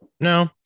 No